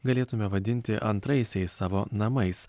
galėtume vadinti antraisiais savo namais